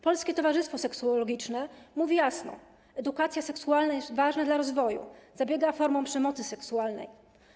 Polskie Towarzystwo Seksuologiczne mówi jasno: edukacja seksualna jest ważna dla rozwoju, zapobiega formom przemocy seksualnej.